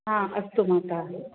हा अस्तु मातः